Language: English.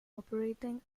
operating